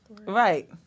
Right